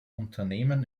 unternehmen